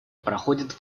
проходит